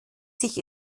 sich